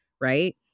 right